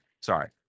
Sorry